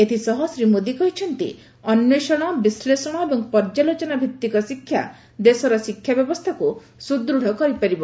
ଏଥିସହ ଶ୍ରୀ ମୋଦି କହିଛନ୍ତି ଅନ୍ୱେଷଣ ବିଶ୍ଳେଷଣ ଏବଂ ପର୍ଯ୍ୟାଲୋଚନା ଭିଉିକ ଶିକ୍ଷା ଦେଶର ଶିକ୍ଷା ବ୍ୟବସ୍ତାକୁ ସୁଦୃତ୍ କରିପାରିବ